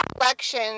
election